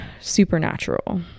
supernatural